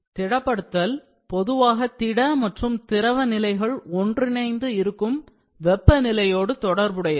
திடப்படுத்தல் பொதுவாக திட மற்றும் திரவ நிலைகள் ஒன்றிணைந்து இருக்கும் வெப்ப நிலையோடு தொடர்புடையது